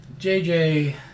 JJ